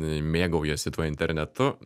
mėgaujasi tuo internetu